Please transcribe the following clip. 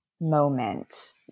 moment